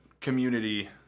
community